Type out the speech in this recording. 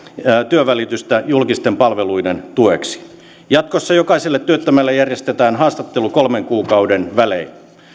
työnvälitystä julkisten palveluiden tueksi jatkossa jokaiselle työttömälle järjestetään haastattelu kolmen kuukauden välein